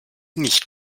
nicht